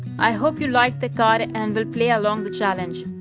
i hope you liked the card and will play along the challenge.